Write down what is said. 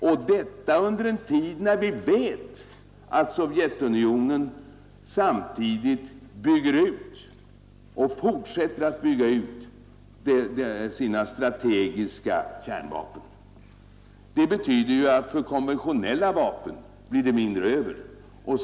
Detta inträffar under en tid när vi vet att Sovjetunionen samtidigt fortsätter att bygga ut sina strategiska kärnvapen. Det betyder ju att det blir mindre över för konventionella vapen.